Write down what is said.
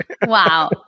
Wow